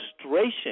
frustration